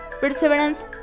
perseverance